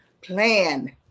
Plan